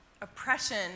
oppression